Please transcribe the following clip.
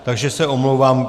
Takže se omlouvám.